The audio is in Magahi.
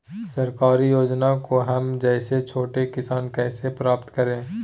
सरकारी योजना को हम जैसे छोटे किसान कैसे प्राप्त करें?